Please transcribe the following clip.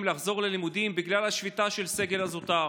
לחזור ללימודים בגלל השביתה של הסגל הזוטר.